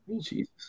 Jesus